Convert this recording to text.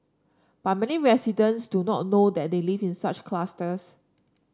but many residents do not know that they live in such clusters